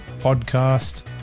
podcast